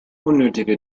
unnötige